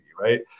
right